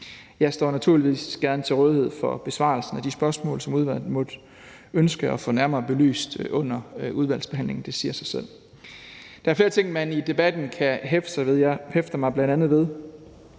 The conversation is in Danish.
Jeg står naturligvis gerne til rådighed for besvarelsen af de spørgsmål, som udvalget måtte ønske at få nærmere belyst under udvalgsbehandlingen. Det siger sig selv. Der er flere ting, man kan hæfte sig ved i debatten. Jeg hæfter mig bl.a. ved,